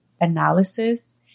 analysis